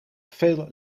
veel